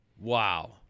Wow